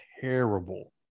terrible